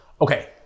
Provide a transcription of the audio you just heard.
Okay